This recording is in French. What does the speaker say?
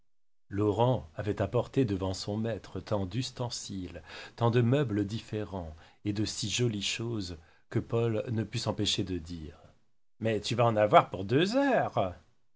henri laurent avait apporté devant son maître tant d'ustensiles tant de meubles différents et de si jolies choses que paul ne put s'empêcher de dire mais tu vas en avoir pour deux heures